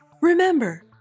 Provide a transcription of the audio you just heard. Remember